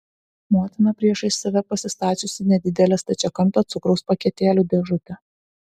motina priešais save pasistačiusi nedidelę stačiakampę cukraus paketėlių dėžutę